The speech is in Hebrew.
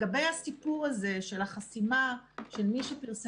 אז מהבחינה הזאת האשמות שקריות שהופנו